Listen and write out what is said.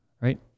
Right